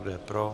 Kdo je pro?